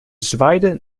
zwaaide